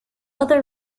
other